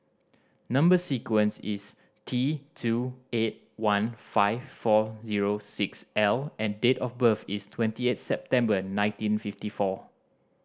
number sequence is T two eight one five four zero six L and date of birth is twenty eight September nineteen fifty four